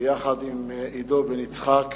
ביחד עם עידו בן-יצחק,